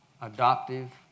adoptive